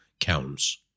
counts